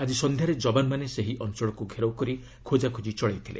ଆଜି ସନ୍ଧ୍ୟାରେ ଯବାନମାନେ ସେହି ଅଞ୍ଚଳକୁ ଘେରାଉ କରି ଖୋକାଖୋଜି ଚଳାଇଥିଲେ